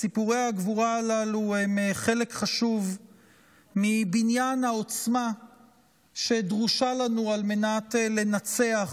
סיפורי הגבורה הללו הם חלק חשוב מבניין העוצמה שדרושה לנו על מנת לנצח